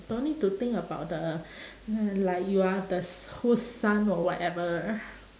don't need to think about the like you are the s~ whose son or whatever